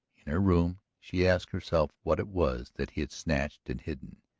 in her room she asked herself what it was that he had snatched and hidden.